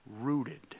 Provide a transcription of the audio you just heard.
rooted